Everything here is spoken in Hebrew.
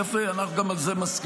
יפה, אנחנו גם על זה מסכימים.